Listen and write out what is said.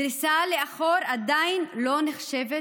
דריסה לאחור עדיין לא נחשבת